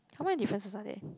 how many differences are there